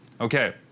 Okay